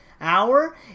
hour